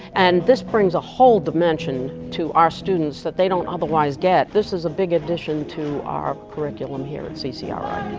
and this brings a whole dimension to our students, that they don't otherwise get. this is a big addition to our curriculum here at ccri.